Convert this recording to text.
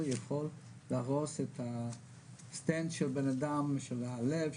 יכול להרוס את הסטנד של בן אדם של הלב,